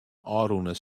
ôfrûne